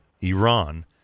Iran